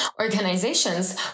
organizations